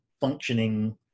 functioning